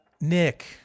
Nick